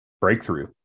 breakthrough